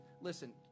listen